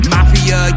Mafia